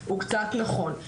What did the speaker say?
הוא קצת נכון.